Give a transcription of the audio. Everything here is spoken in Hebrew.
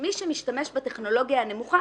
שמי שמשתמש בטכנולוגיה הנמוכה,